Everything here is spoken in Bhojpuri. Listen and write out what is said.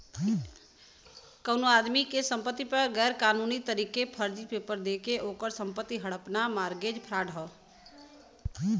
कउनो आदमी के संपति पर गैर कानूनी तरीके फर्जी पेपर देके ओकर संपत्ति हड़पना मारगेज फ्राड हौ